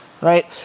right